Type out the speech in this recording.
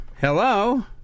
Hello